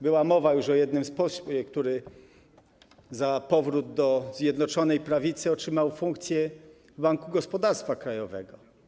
Była już mowa o jednym z posłów, który za powrót do Zjednoczonej Prawicy otrzymał funkcję w Banku Gospodarstwa Krajowego.